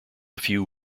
few